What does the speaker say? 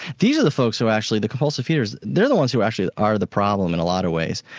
these are the folks who actually, the compulsive feeders, they're the ones who actually are the problem in a lot of ways.